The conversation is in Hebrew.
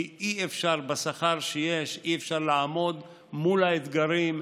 כי אי-אפשר בשכר שיש לעמוד מול האתגרים,